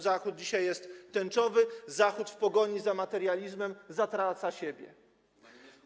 Zachód dzisiaj jest tęczowy, Zachód w pogoni za materializmem zatraca siebie.